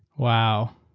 wow.